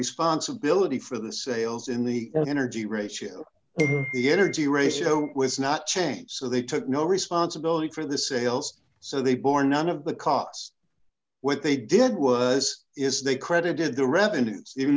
responsibility for the sales in the energy ratio the energy ratio was not change so they took no responsibility for the sales so they bore none of the costs what they did was is they credited the revenues even